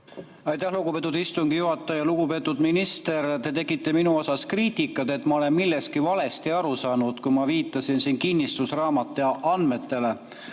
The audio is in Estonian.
Aitäh, lugupeetud istungi juhataja! Lugupeetud minister! Te tegite minu kohta kriitikat, et ma olen millestki valesti aru saanud, kui ma viitasin kinnistusraamatu andmetele.